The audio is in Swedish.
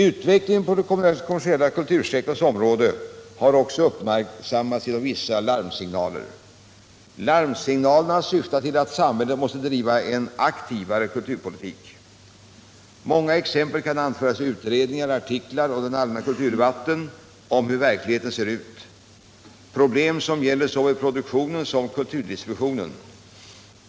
Utvecklingen på den kommersiella kultursektorns område har också uppmärksammats genom vissa larmsignaler. Larmsignalerna har syftat till att samhället måste driva en aktivare kulturpolitik. Många exempel kan anföras ur utredningar, artiklar och den allmänna kulturdebatten om hur verkligheten ser ut. Problem som gäller såväl produktionen som kulturdistributionen.